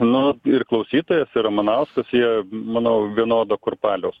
nu ir klausytojas ir ramanauskas jie manau vienodo kurpaliaus